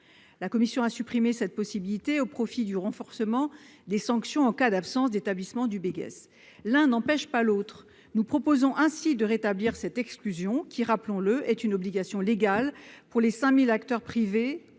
du territoire a supprimé cette possibilité au profit du renforcement des sanctions en cas d'absence d'établissement du Beges. À nos yeux, l'un n'empêche pas l'autre. Aussi proposons-nous de rétablir cette exclusion qui, rappelons-le, est une obligation légale pour les 5 000 acteurs privés